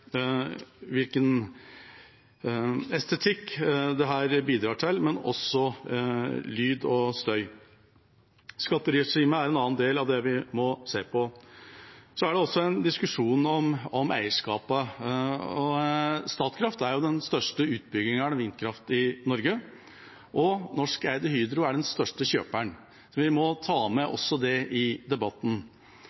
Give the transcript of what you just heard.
hvilken estetikk dette bidrar til, men også lyd og støy. Skatteregimet er en annen del vi må se på. Det er også en diskusjon om eierskapet. Statkraft er den største utbyggeren av vindkraft i Norge, og norskeide Hydro er den største kjøperen. Vi må ta med